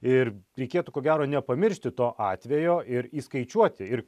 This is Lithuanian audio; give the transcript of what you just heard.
ir reikėtų ko gero nepamiršti to atvejo ir įskaičiuoti ir